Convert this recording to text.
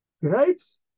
grapes